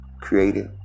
created